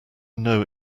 know